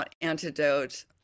antidote